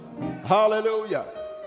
Hallelujah